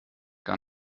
gar